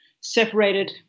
separated